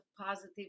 positive